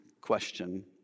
question